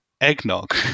eggnog